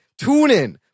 TuneIn